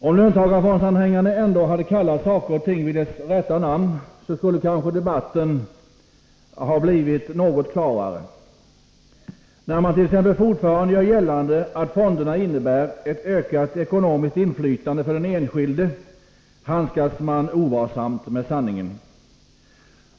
Om löntagarfondsanhängarna ändå hade kallat saker och ting vid deras rätta namn kanske debatten hade blivit något klarare. När man t.ex. fortfarande gör gällande att fonderna innebär ett ökat ekonomiskt inflytande för den enskilde, handskas man ovarsamt med sanningen.